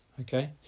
okay